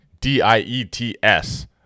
D-I-E-T-S